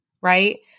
right